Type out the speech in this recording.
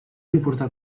importar